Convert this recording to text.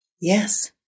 Yes